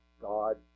God